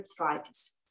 arthritis